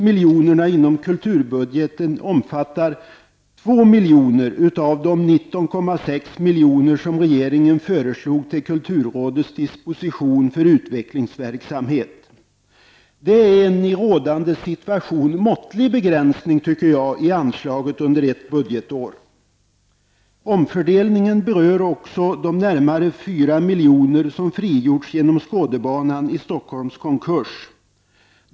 miljoner som regeringen föreslog till kulturrådets disposition för utvecklingsverksamhet. Det är en i rådande situation måttlig begränsning av anslaget under ett budgetår. Omfördelningen berör också de nära 4 miljoner som frigjorts genom Skådebanan i Stockholms konkurs.